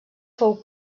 fou